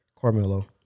Carmelo